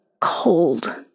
cold